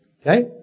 Okay